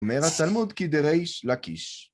מר הסלמוד כי דריש לקיש